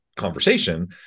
conversation